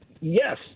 yes